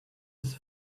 his